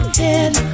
head